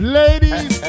ladies